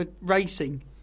racing